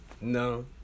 no